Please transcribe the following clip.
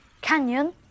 canyon